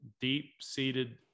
deep-seated